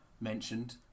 mentioned